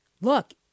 Look